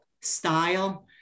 style